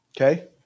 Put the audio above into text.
Okay